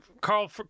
Carl